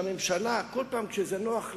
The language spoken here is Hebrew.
שהממשלה כל פעם כשזה נוח לה,